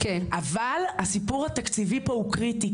אבל הסיפור התקציבי פה הוא קריטי,